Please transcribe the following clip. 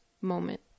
moment